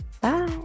Bye